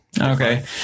Okay